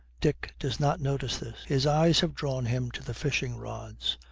dick does not notice this his eyes have drawn him to the fishing-rods.